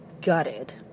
gutted